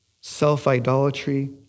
self-idolatry